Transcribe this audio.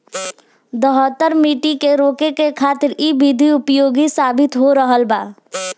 दहतर माटी के रोके खातिर इ विधि उपयोगी साबित हो रहल बा